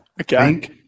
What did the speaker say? okay